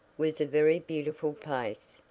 was a very beautiful place,